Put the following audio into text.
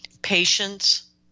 Patience